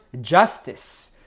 justice